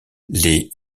les